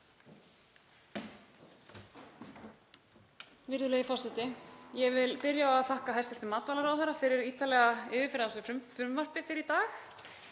Virðulegi forseti. Ég vil byrja á að þakka hæstv. matvælaráðherra fyrir ítarlega yfirferð á þessu frumvarpi fyrr í dag.